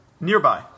nearby